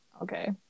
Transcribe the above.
okay